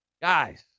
Guys